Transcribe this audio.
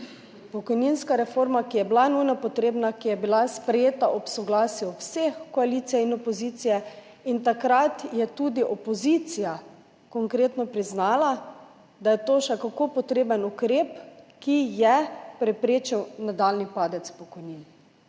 pokojninska reforma, ki je bila nujno potrebna, ki je bila sprejeta ob soglasju vseh, koalicije in opozicije, in takrat je tudi opozicija konkretno priznala, da je to še kako potreben ukrep, ki je preprečil nadaljnji padec pokojnin.